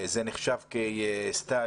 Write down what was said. זה נחשב להתמחות?